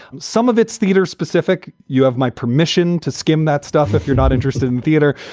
some of it's theater specific. you have my permission to skim that stuff. if you're not interested in theater.